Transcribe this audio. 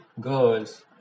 girls